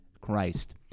christ